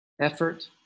effort